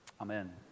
amen